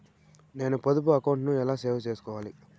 నేను పొదుపు అకౌంటు ను ఎలా సేసుకోవాలి?